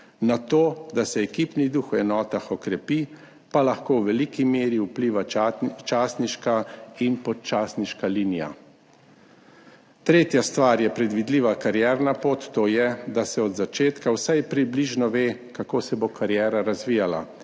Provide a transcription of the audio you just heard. na to, da se ekipni duh v enotah okrepi, pa lahko v veliki meri vpliva častniška in podčastniška linija. Tretja stvar je predvidljiva karierna pot, to je, da se od začetka vsaj približno ve, kako se bo kariera razvijala.